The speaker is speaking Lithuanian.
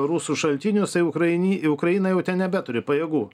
rusų šaltiniuose ukrainie ukrainą jau nebeturi pajėgų